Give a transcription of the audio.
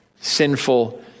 sinful